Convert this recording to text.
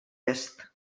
est